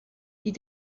die